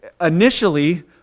Initially